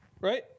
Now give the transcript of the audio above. right